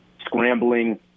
scrambling